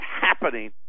happening